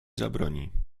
zabroni